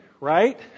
right